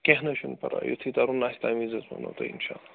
کیٚنہہ نہ حظ چھِنہٕ پرواے یُتھٕے تَرُن آسہِ تَمہِ وِزِ حظ وَنو تۄہہِ اِنشاء اللہ